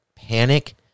panic